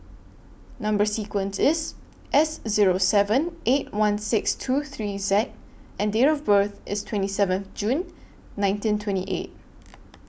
Number sequence IS S Zero seven eight one six two three Z and Date of birth IS twenty seventh June nineteen twenty eight